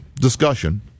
discussion